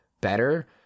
better